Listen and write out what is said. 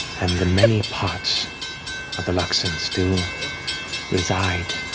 and the many parts of the luxon still reside,